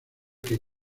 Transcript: que